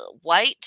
white